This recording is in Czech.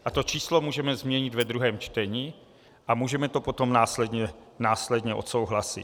A to číslo můžeme změnit ve druhém čtení a můžeme to potom následně odsouhlasit.